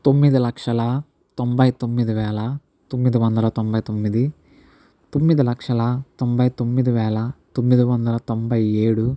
తొమ్మిది లక్షల తొంభై తొమ్మిది వేల తొమ్మిది వందల తొంభై తొమ్మిది తొమ్మిది లక్షల తొంభై తొమ్మిది వేల తొమ్మిది వందల తొంభై ఏడు